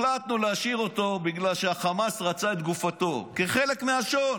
החלטנו להשאיר אותו בגלל שהחמאס רצה את גופתו כחלק מהשו"ן.